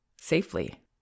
safely